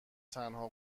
تنها